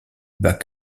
bas